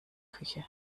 küche